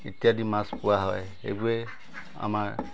ইত্যাদি মাছ পোৱা হয় এইবোৰে আমাৰ